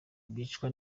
bicwa